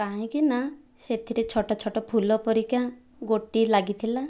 କାହିଁକିନା ସେଥିରେ ଛୋଟ ଛୋଟ ଫୁଲ ପରିକା ଗୋଟି ଲାଗିଥିଲା